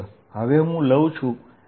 હવે હું તેનો ઉર્ધ્વ ઘટક લઈશ